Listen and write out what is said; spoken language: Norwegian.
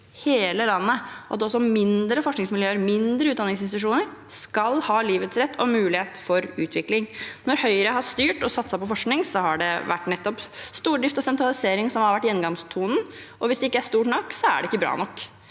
hele landet, og at også mindre forskningsmiljøer og mindre utdanningsinstitusjoner skal ha livets rett og mulighet for utvikling. Når Høyre har styrt og satset på forskning, har det vært nettopp stordrift og sentralisering som har vært gjengangstonen – hvis det ikke er stort nok, er det ikke bra nok.